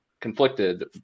conflicted